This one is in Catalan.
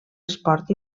esport